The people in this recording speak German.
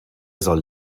soll